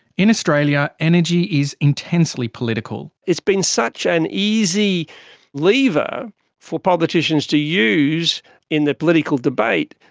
in australia, energy is intensely political. it's been such an easy lever for politicians to use in the political debate,